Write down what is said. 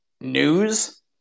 news